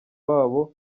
wabo